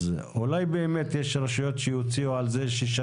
אולי באמת יש רשויות שיוציאו על זה שישה